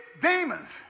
demons